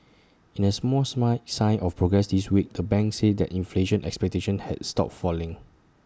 in A small smile sign of progress this week the bank said that inflation expectations had stopped falling